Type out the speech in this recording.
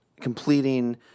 completing